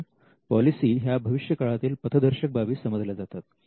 कारण पॉलिसी ह्या भविष्यकाळातील पथदर्शक बाबी समजल्या जातात